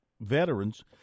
veterans